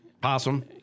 Possum